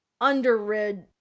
underrid